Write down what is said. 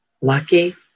Lucky